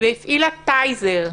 והפעילה טייזר.